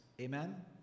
Amen